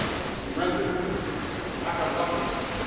he surrendered with a pack of luckies!